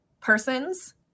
persons